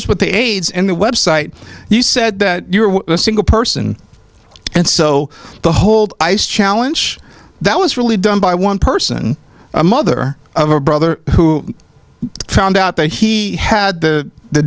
as what the aids in the website you said that you're a single person and so the hold ice challenge that was really done by one person a mother of a brother who found out that he had the